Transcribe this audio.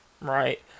Right